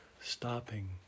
stopping